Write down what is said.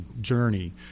journey